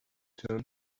turned